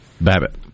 Babbitt